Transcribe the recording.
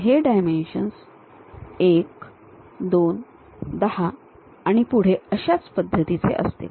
हे डायमेन्शन्स १ २ १० आणि पुढे अशा पद्धतीचे असतील